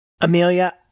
Amelia